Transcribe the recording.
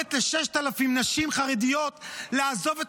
שגורמת ל-6,000 נשים חרדיות לעזוב את